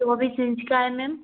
चौबीस इंच का है मेम